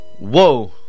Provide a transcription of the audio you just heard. Whoa